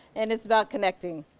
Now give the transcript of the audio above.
and it's about connecting.